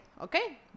okay